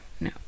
no